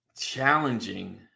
challenging